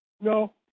No